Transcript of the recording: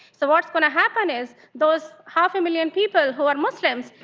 so what's going to happen is those half-million people who are muslims,